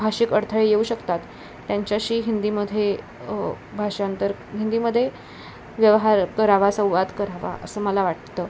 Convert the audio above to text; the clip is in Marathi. भाषिक अडथळे येऊ शकतात त्यांच्याशी हिंदीमध्ये भाषांतर हिंदीमध्ये व्यवहार करावा संवाद करावा असं मला वाटतं